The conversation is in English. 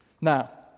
Now